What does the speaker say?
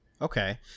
Okay